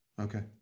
Okay